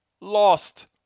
lost